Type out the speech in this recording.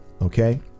okay